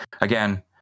Again